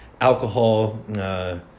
alcohol